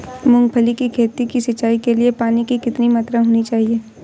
मूंगफली की खेती की सिंचाई के लिए पानी की कितनी मात्रा होनी चाहिए?